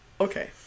Okay